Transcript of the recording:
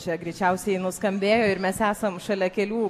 čia greičiausiai nuskambėjo ir mes esam šalia kelių